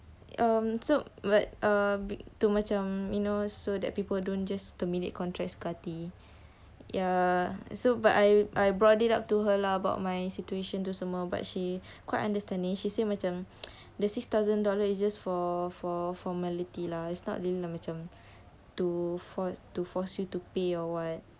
um so but a bit too macam you know so that people don't just terminate contracts suka hati ya so but I I brought it up to her lah about my situation tu semua but she quite understanding she say macam the six thousand dollar it's just for for formality lah it's not really macam to force to force you to pay or what